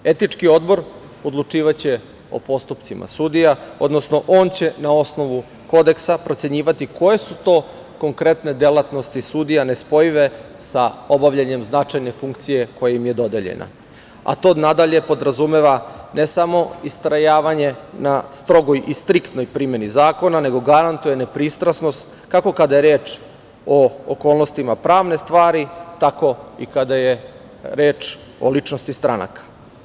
Etički odbor odlučivaće o postupcima sudija, odnosno on će na osnovu kodeksa procenjivati koje su to konkretne delatnosti sudija nespojive sa obavljanjem značajne funkcije koja im je dodeljena, a to nadalje podrazumeva ne samo istrajavanje na strogoj i striktnoj primeni zakona, nego garantuje nepristrasnost, kako kada je reč o okolnostima pravne stvari, tako i kada je reč o ličnosti stranaka.